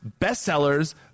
bestsellers